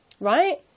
Right